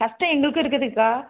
கஷ்டம் எங்களுக்கும் இருக்குதுக்கா